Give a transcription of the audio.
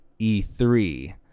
E3